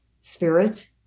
spirit